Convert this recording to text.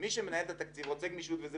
אתה צריך גמישות.